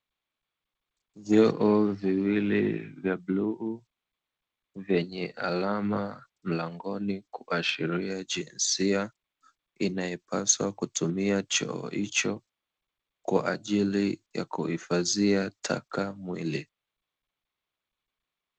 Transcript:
Vyoo viwili vya bluu vyenye alama mlangoni kuashiria jinsia inayopaswa kutumia choo hicho kwa ajili ya kuhifadhia taka mwili.